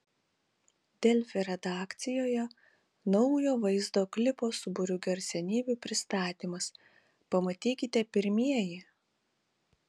delfi redakcijoje naujo vaizdo klipo su būriu garsenybių pristatymas pamatykite pirmieji